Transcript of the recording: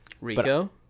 Rico